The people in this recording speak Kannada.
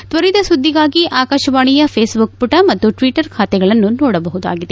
ತ್ವರಿತ ಸುದ್ದಿಗಾಗಿ ಆಕಾಶವಾಣಿಯ ಫೇಸ್ಬುಕ್ ಪುಟ ಮತ್ತು ಟ್ವಿಟ್ವರ್ ಖಾತೆಗಳನ್ನು ನೋಡಬಹುದಾಗಿದೆ